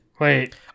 Wait